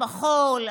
המחול,